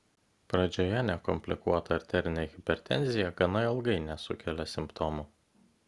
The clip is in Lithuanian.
pradžioje nekomplikuota arterinė hipertenzija gana ilgai nesukelia simptomų